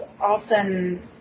often